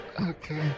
okay